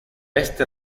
este